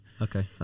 Okay